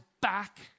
back